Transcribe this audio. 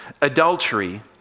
adultery